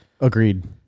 Agreed